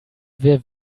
wer